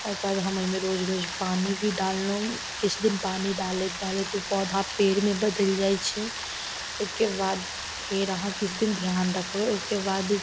ओइके बाद हम रोज ओइमे पानि भी डाललहुँ किछु दिन पानि डालैत डालैत उ पौधा पेड़मे बदलि जाइ छै ओइके बाद अहाँ फेर किछु दिन ध्यान रखबय ओइके बाद उ